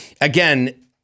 again